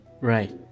right